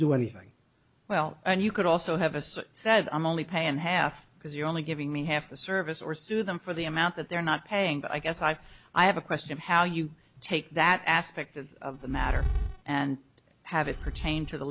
do anything well and you could also have us said i'm only paying half because you're only giving me half the service or sue them for the amount that they're not paying but i guess i i have a question how you take that aspect of the matter and have it pertain to the